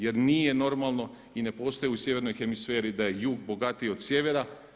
Jer nije normalno i ne postoji u sjevernoj hemisferi da je jug bogatiji od sjevera.